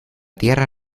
tierra